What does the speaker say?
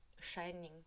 shining